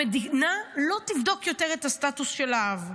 המדינה לא תבדוק יותר את הסטטוס של האב.